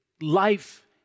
life